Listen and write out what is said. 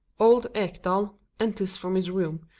old ekdal enters from his room,